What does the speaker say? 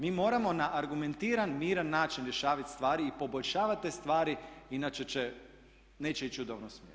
Mi moramo na argumentiran, miran način rješavati stvari i poboljšavati te stvari inače će, neće ići u dobrom smjeru.